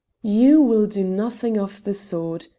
you will do nothing of the sort,